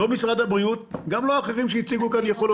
לא מה שמשרד הבריאות הציג וגם לא מה שהציגו אחרים.